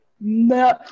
No